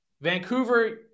vancouver